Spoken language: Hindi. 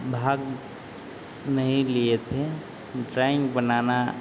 भाग नहीं लिए थे ड्राइंग बनाना